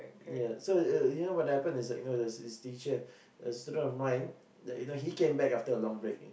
ya so the you know what happen is like you know there's a teacher a student of mine that you know he came back after a long break